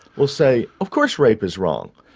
will say of course rape is wrong,